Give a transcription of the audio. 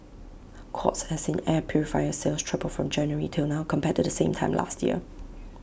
courts has seen air purifier sales triple from January till now compared to the same time last year